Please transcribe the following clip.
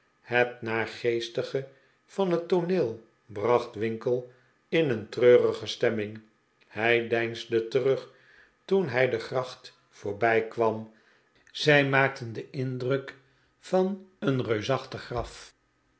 het naargeestige van het tooneel bracht winkle in een treurige stemming hij deinsde terug toen hij de gracht voorbij kwamj zij maakte den indruk van een reusachtig graf